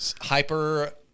hyper